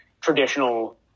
traditional